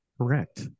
correct